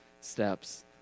steps